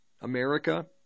America